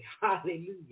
Hallelujah